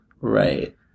Right